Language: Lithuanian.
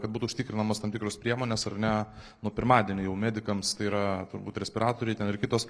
kad būtų užtikrinamos tam tikros priemonės ar ne nuo pirmadienio jau medikams tai yra turbūt respiratoriai ten ir kitos